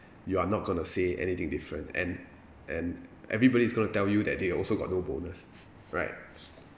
you are not going to say anything different and and everybody is going to tell you that they also got no bonus right